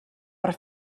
per